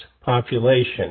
population